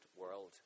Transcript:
world